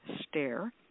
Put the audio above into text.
stare